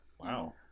Wow